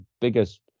biggest